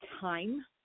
time